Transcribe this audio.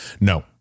No